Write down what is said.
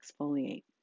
exfoliate